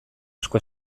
asko